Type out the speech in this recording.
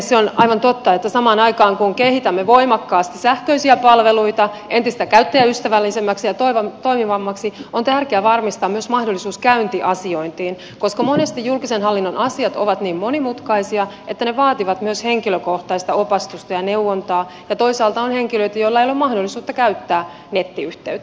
se on aivan totta että samaan aikaan kun kehitämme voimakkaasti sähköisiä palveluita entistä käyttäjäystävällisemmiksi ja toimivammiksi on tärkeää varmistaa myös mahdollisuus käyntiasiointiin koska monesti julkisen hallinnon asiat ovat niin monimutkaisia että ne vaativat myös henkilökohtaista opastusta ja neuvontaa ja toisaalta on henkilöitä joilla ei ole mahdollisuutta käyttää nettiyhteyttä